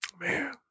man